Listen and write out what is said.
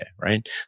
right